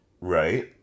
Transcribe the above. right